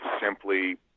simply